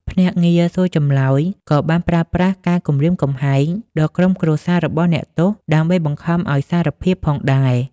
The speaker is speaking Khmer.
ភ្នាក់ងារសួរចម្លើយក៏បានប្រើប្រាស់ការគំរាមកំហែងដល់ក្រុមគ្រួសាររបស់អ្នកទោសដើម្បីបង្ខំឱ្យសារភាពផងដែរ។